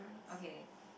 okay